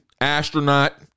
astronaut